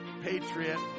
patriot